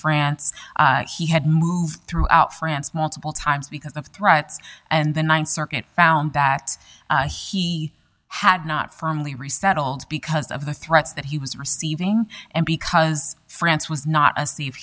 france he had moved throughout france multiple times because of threats and the th circuit found that he had not firmly resettled because of the threats that he was receiving and because france was not a